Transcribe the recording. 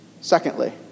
Secondly